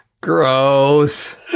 gross